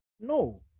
No